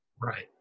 Right